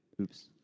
Oops